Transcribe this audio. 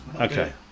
Okay